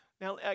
Now